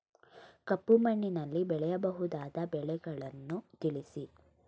ಕಪ್ಪು ಮಣ್ಣಿನಲ್ಲಿ ಬೆಳೆಯಬಹುದಾದ ಬೆಳೆಗಳನ್ನು ತಿಳಿಸಿ?